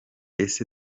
ese